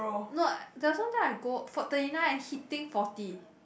not there was one time I go for thirty nine I hitting forty